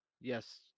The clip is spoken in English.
yes